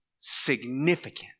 significant